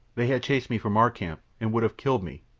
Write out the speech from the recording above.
they had chased me from our camp, and would have killed me.